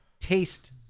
taste